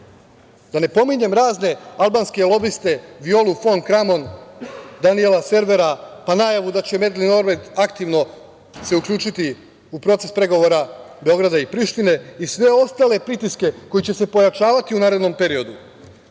Da ne pominjem razne albanske lobiste, Violu fon Kramon, Danijela Servera, pa najavu da će Medlin Olbrajt aktivno se uključiti u proces pregovora Beograda i Prištine i sve ostale pritiske koji će se pojačavati u narednom periodu. Isto